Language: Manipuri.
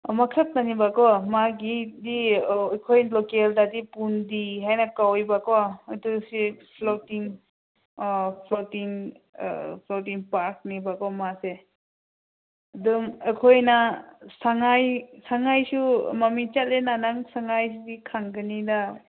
ꯑꯃꯈꯛꯇꯅꯦꯕꯀꯣ ꯃꯥꯒꯤꯗꯤ ꯑꯩꯈꯣꯏ ꯂꯣꯀꯦꯜꯗꯗꯤ ꯄꯨꯟꯗꯤ ꯍꯥꯏꯅ ꯀꯧꯋꯦꯕꯀꯣ ꯑꯗꯣꯁꯤ ꯐ꯭ꯂꯣꯇꯤꯡ ꯐ꯭ꯂꯣꯇꯤꯡ ꯐ꯭ꯂꯣꯇꯤꯡ ꯄꯥꯔꯛꯅꯦꯕꯀꯣ ꯃꯥꯁꯦ ꯑꯗꯨꯝ ꯑꯩꯈꯣꯏꯅ ꯁꯪꯉꯥꯏ ꯁꯪꯉꯥꯏꯁꯨ ꯃꯃꯤꯡ ꯆꯠꯂꯦꯅ ꯅꯪ ꯁꯪꯉꯥꯏꯁꯤꯗꯤ ꯈꯪꯒꯅꯤꯗ